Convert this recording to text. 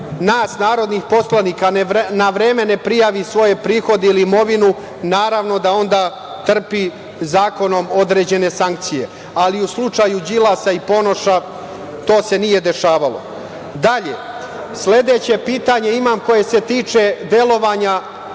nas narodnih poslanika, na vreme ne prijavi svoje prihode ili imovinu, onda trpi zakonom određene sankcije. U slučaju Đilasa i Ponoša to se nije dešavalo. Dalje, sledeće pitanje imam, a koje se tiče delovanja